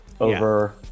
over